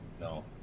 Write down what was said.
no